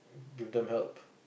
give them help